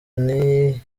nti